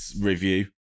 review